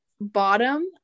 bottom